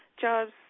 jobs